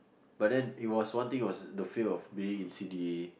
but then it was one thing was the fear of being in C_D_A